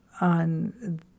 on